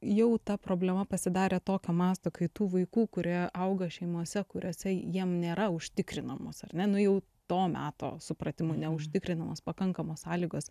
jau ta problema pasidarė tokio masto kai tų vaikų kurie auga šeimose kuriose jiem nėra užtikrinamos ar ne nu jau to meto supratimu neužtikrinamos pakankamos sąlygos